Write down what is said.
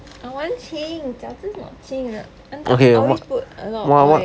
I want 清饺子 not 清 uncle always put a lot of oil